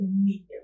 immediately